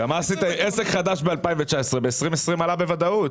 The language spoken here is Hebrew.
עסק חדש ב-2019, ב-2020 עלה בוודאות.